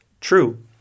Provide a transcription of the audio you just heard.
true